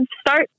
start